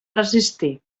resistir